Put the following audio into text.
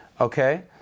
Okay